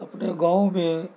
اپنے گاؤں میں